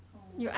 oh